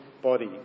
body